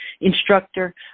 instructor